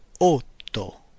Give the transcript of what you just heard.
otto